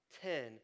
ten